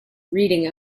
reading